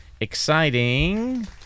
exciting